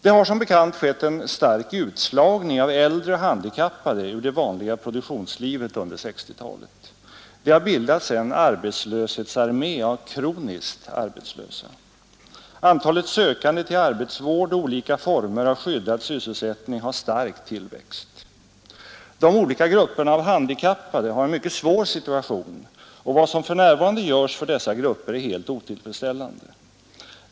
Det har som bekant skett en stark utslagning av äldre och handikappade ur det vanliga produktionslivet under 1960-talet. Det har bildats en arbetslöshetsarmé av kroniskt arbetslösa. Antalet sökande till arbetsvård och olika former av skyddad sysselsättning har starkt tillväxt. De olika grupperna av handikappade har en mycket svår situation, och vad som för närvarande görs för dessa grupper är helt otillfredsställande.